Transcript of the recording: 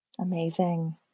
Amazing